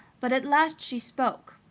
but at last she spoke.